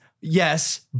yes